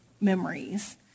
memories